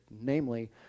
Namely